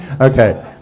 Okay